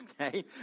okay